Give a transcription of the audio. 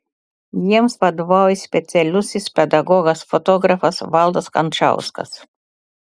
jiems vadovauja specialusis pedagogas fotografas valdas kančauskas